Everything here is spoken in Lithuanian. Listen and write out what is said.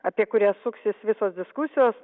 apie kurią suksis visos diskusijos